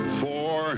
four